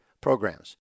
programs